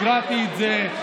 הקראתי את זה,